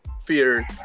fear